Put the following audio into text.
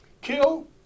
Kill